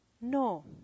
no